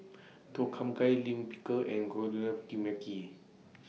Tom Kha Gai Lime Pickle and